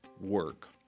work